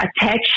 attach